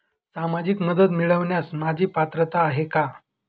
सामाजिक मदत मिळवण्यास माझी पात्रता आहे का?